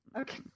Okay